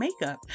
makeup